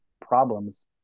problems